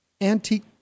antique